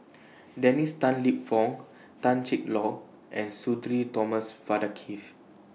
Dennis Tan Lip Fong Tan Cheng Lock and Sudhir Thomas Vadaketh